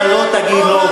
אתה לא תגיד לו,